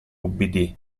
ubbidì